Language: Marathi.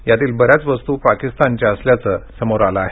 यातील बर्याच वस्तू या पाकिस्तानच्या असल्याचं समोर आलं आहे